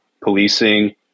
policing